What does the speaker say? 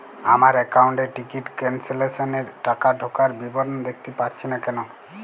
আমার একাউন্ট এ ticket cancellation এর টাকা ঢোকার বিবরণ দেখতে পাচ্ছি না কেন?